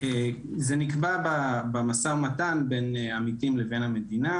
זה נקבע במשא ומתן בין עמיתים לבין המדינה.